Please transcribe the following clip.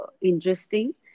interesting